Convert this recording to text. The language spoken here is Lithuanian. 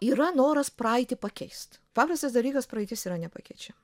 yra noras praeitį pakeist paprastas dalykas praeitis yra nepakeičiama